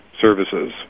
services